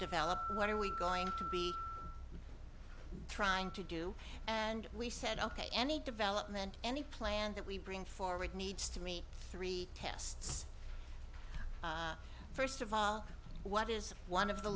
develop what are we going trying to do and we said ok any development any plan that we bring forward needs to me three tests first of all what is one of the